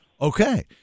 Okay